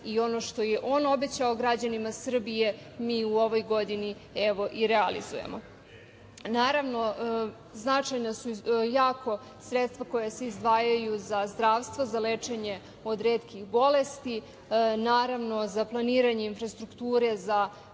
i ono što je on obećao građanima Srbije, mi u ovoj godini evo i realizujemo. Naravno, značajno su jako sredstva koja se izdvajaju za zdravstvo, za lečenje od retkih bolesti, naravno, za planiranje infrastrukturu,